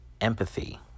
empathy